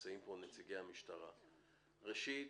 ראשית,